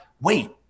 wait